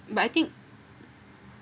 but I think